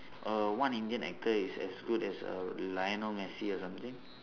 err one indian actor is as good as err lionel messi or something